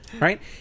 Right